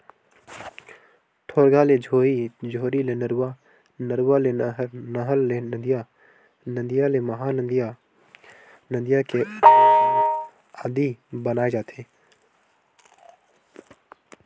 ढोरगा ले झोरी, झोरी ले नरूवा, नरवा ले नहर, नहर ले नदिया, नदिया ले महा नदिया, नदिया ले बांध आदि बनाय जाथे